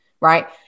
right